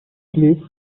belief